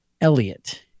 Elliot